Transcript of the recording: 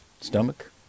stomach